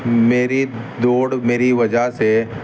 میری دوڑ میری وجہ سے